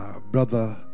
brother